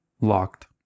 locked